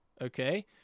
Okay